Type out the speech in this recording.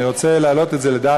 אני לא יכול לשנות את זה,